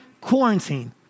quarantine